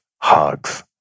hugs